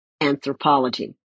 anthropology